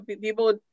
People